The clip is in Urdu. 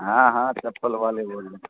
ہاں ہاں چپل والے بول رہے